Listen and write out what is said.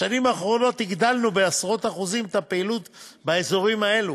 בשנים האחרונות הגדלנו בעשרות אחוזים את הפעילות באזורים האלה,